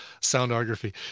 soundography